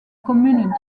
commune